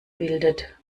bildet